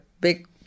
big